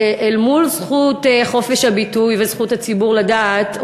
אל מול זכות חופש הביטוי וזכות הציבור הדעת,